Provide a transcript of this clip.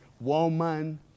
Woman